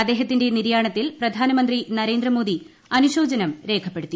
അദ്ദേഹത്തിന്റെ നിര്യാണത്തിൽ പ്രധാനമന്ത്രി നരേന്ദ്രമോദി അനുശോചനം രേഖപ്പെടുത്തി